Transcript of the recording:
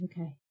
Okay